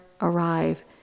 arrive